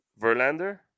Verlander